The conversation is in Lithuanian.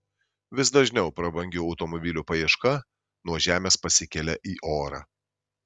vis dažniau prabangių automobilių paieška nuo žemės pasikelia į orą